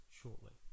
shortly